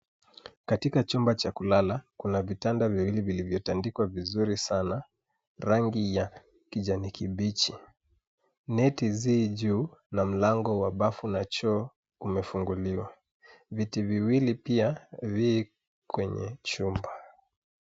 Katika chumba cha kulala kuna vitanda viwili vilivyotandikwa vizuri sana, rangi ya kijani kibichi. Neti zi juu na mlango wa bafu na choo umefunguliwa. Viti viwili pia vi kwenye chumba.